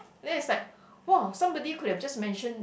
then is like !wah! somebody could have just mention